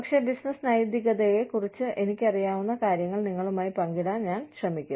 പക്ഷേ ബിസിനസ്സ് നൈതികതയെക്കുറിച്ച് എനിക്കറിയാവുന്ന കാര്യങ്ങൾ നിങ്ങളുമായി പങ്കിടാൻ ഞാൻ ശ്രമിക്കും